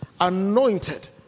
anointed